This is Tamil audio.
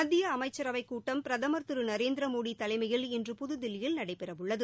மத்திய அமைச்சரவைக் கூட்டம் பிரமர் திரு நரேந்திரமோடி தலைமையில் இன்று புதுதில்லியில் நடைபெறவுள்ளது